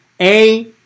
A-